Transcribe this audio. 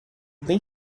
tem